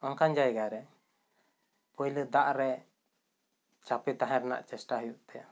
ᱚᱱᱠᱟᱱ ᱡᱟᱭᱜᱟ ᱨᱮ ᱯᱩᱭᱞᱟᱹ ᱫᱟᱜ ᱨᱮ ᱪᱟᱯᱮ ᱛᱟᱦᱮᱸ ᱨᱮᱱᱟᱜ ᱪᱮᱥᱴᱟ ᱦᱩᱭᱩᱜ ᱛᱟᱭᱟ